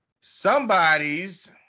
somebody's